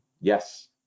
yes